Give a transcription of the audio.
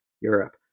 Europe